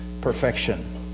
perfection